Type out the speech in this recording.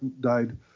died